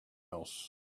else